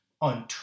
on